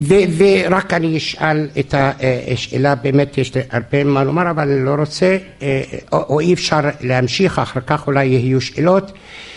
ורק אני אשאל את השאלה באמת יש להרבה מה לומר אבל לא רוצה או אי אפשר להמשיך. אחר כך אולי יהיו שאלות